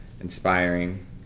Inspiring